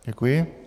Děkuji.